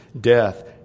death